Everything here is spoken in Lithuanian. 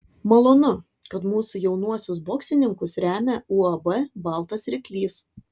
malonu kad mūsų jaunuosius boksininkus remia uab baltas ryklys